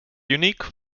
unique